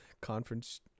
conference